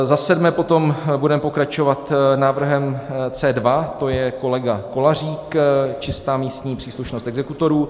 Za sedmé potom budeme pokračovat návrhem C2, to je kolega Kolařík, čistá místní příslušnost exekutorů.